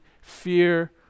fear